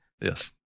Yes